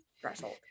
threshold